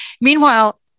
Meanwhile